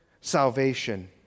salvation